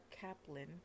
Kaplan